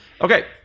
Okay